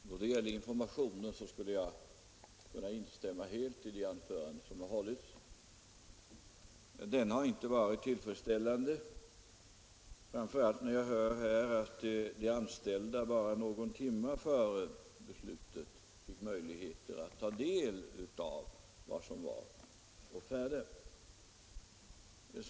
Herr talman! Då det gäller informationen kan jag helt instämma i vad som här har sagts, framför allt när jag hör här att de anställda bara någon timme före beslutet fick ta del av vad som var å färde. Informationen har inte varit tillfredsställande.